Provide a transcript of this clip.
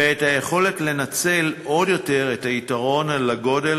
ואת היכולת לנצל עוד יותר את יתרון הגודל,